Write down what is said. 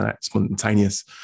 spontaneous